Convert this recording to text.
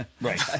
Right